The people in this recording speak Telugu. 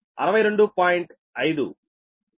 నేను ఇక్కడ ZB2 62